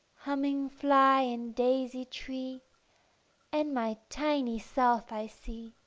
humming fly and daisy tree and my tiny self i see,